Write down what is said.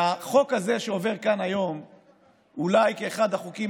והחוק הזה שעובר כאן היום הוא אולי אחד החוקים